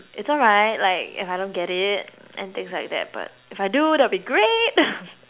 it's alright like if I don't get it and things like that but if I do that'll be great